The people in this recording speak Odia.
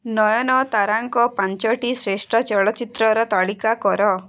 ନୟନତାରାଙ୍କ ପାଞ୍ଚଟି ଶ୍ରେଷ୍ଠ ଚଳଚ୍ଚିତ୍ରର ତଳିକା କର